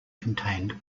contained